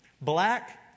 Black